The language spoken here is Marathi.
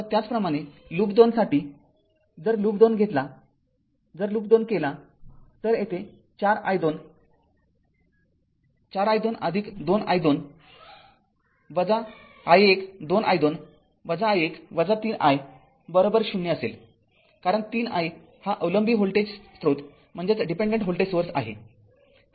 आता त्याचप्रमाणे लूप २ साठी जर लूप २ घेतला जर लूप २ केला तर तेथे ४ i2२i२ i१ i१ ३i0 असेल कारण ३ i हा अवलंबी व्होल्टेज स्रोत आहे